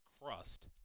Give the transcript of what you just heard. crust